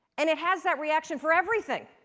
and it has that reaction for everything.